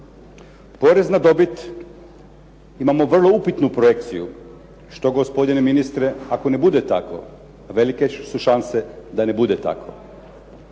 Porez na dobit imamo vrlo upitnu projekciju. Što gospodine ministre ako ne bude tako? A velike su šanse da ne bude tako.